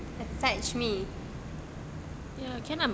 fetch me